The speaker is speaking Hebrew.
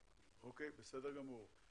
בסדר גמור.